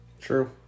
True